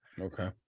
okay